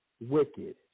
Wicked